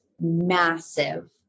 massive